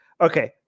Okay